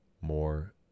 more